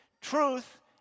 truth